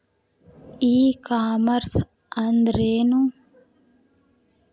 E commerce ಅಂದ್ರೇನು?